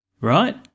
right